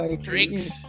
Drinks